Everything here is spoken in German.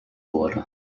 wurde